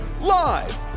live